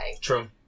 True